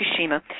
Fukushima